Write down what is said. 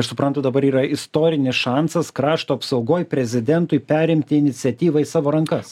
aš suprantu dabar yra istorinis šansas krašto apsaugoj prezidentui perimti iniciatyvą į savo rankas